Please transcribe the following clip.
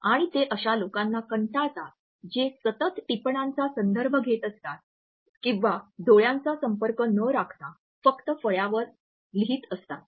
आणि ते अशा लोकांना कंटाळतात जे सतत टिपणांचा संदर्भ घेत असतात किंवा डोळ्यांचा संपर्क न राखता फळ्यावर फक्त लिहित असतात